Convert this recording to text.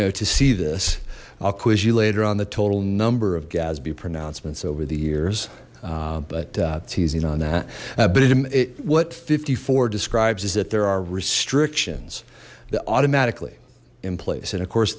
know to see this i'll quiz you later on the total number of gatsby pronouncements over the years but teasing on that but it what fifty four describes is that there are restrictions that automatically in place and of course